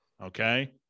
okay